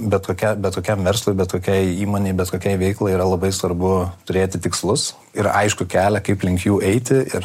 bet kokia bet kokiam verslui bet kokiai įmonei bet kokiai veiklai yra labai svarbu turėti tikslus ir aiškų kelią kaip link jų eiti ir